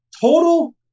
total